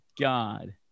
god